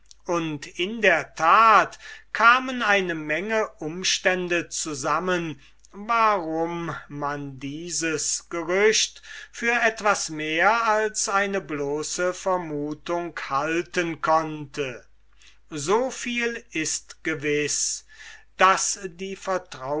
und in der tat kamen eine menge umstände zusammen warum man dieses gerüchte für etwas mehr als eine bloße vermutung halten konnte kurz die